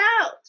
out